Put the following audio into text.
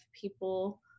people